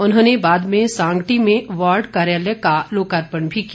उन्होंने बाद में सांगटी में वार्ड कार्यालय का लोकार्पण भी किया